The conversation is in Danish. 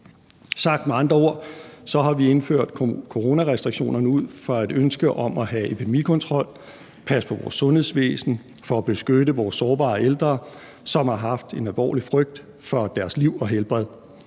Sagt med andre ord har vi indført coronarestriktionerne ud fra et ønske om at have epidemikontrol, passe på vores sundhedsvæsen og beskytte vores sårbare ældre, som har haft en alvorlig frygt for deres liv og helbred.